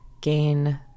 gain